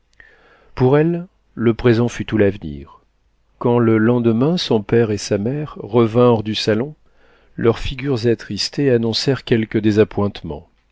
pour elle le présent fut tout l'avenir quand le lendemain son père et sa mère revinrent du salon leurs figures attristées annoncèrent quelque